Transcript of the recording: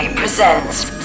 presents